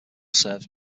serves